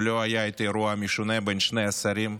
אם לא היה האירוע המשונה בין שני השרים,